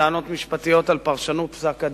לטענות משפטיות על פרשנות פסק-הדין.